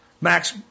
Max